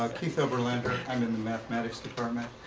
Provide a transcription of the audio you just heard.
ah keith oberlin. and i'm in mathematics department.